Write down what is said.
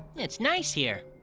it's nice here.